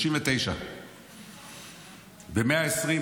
39. ב-120,